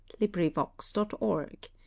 LibriVox.org